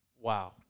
Wow